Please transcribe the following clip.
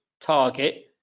target